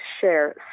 share